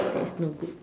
that is no good